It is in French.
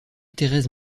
thérèse